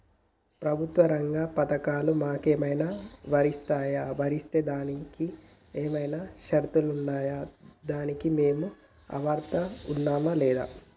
ప్రభుత్వ రంగ పథకాలు మాకు ఏమైనా వర్తిస్తాయా? వర్తిస్తే దానికి ఏమైనా షరతులు ఉన్నాయా? దానికి మేము అర్హత ఉన్నామా లేదా?